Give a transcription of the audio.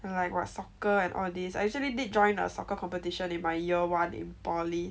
and like what soccer and all this I actually did join a soccer competition in my year one in poly